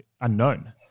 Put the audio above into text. unknown